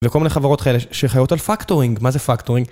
וכל מיני חברות כאלה שחיות על פקטורינג, מה זה פקטורינג?